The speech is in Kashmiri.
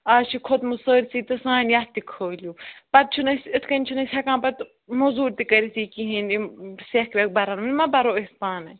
اَز چھُ کھوٚتمُت سٲرۍسٕے تہٕ سانہِ یَتھ تہِ کھٲلِو پَتہٕ چھُنہٕ أسۍ یِتھٕ کٔنۍ چھِنہٕ ہٮ۪کان أسۍ موٚزوٗر تہِ کٔرۍتھٕے کِہیٖنٛۍ یِم سٮ۪کھ وٮ۪کھ بَران وۅنۍ ما برو أسۍ پانَے